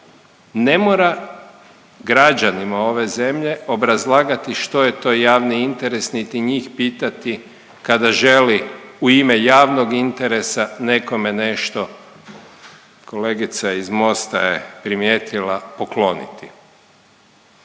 ne mora građanima ove zemlje obrazlagati što je to javni interes niti njih pitati kada želi u ime javnog interesa nekome nešto kolegica iz Mosta je primijetila, pokloniti.